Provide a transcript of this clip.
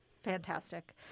Fantastic